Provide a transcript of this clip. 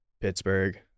Pittsburgh